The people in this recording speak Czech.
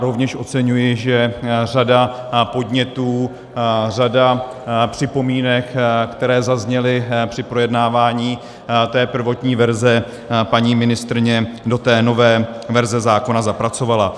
Rovněž oceňuji, že řadu podnětů, řadu připomínek, které zazněly při projednávání té prvotní verze, paní ministryně do té nové verze zákona zapracovala.